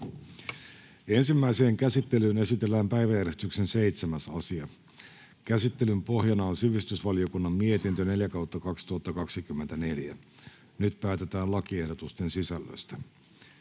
Ensimmäiseen käsittelyyn esitellään päiväjärjestyksen 7. asia. Käsittelyn pohjana on sivistysvaliokunnan mietintö SiVM 4/2024 vp. Nyt päätetään lakiehdotusten sisällöstä.